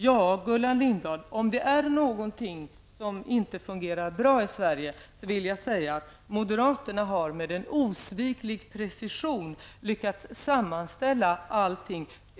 Om det nu finns saker som inte fungerar bra i Sverige, har moderaterna med en osviklig precision lyckats sammanställa dessa.